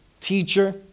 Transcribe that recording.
teacher